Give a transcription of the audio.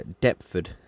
Deptford